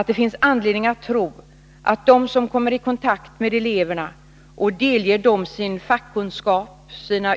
Och det finns anledning att tro att även de som kommer i kontakt med eleverna och delger dem sina fackoch